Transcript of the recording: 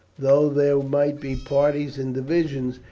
though there might be parties and divisions,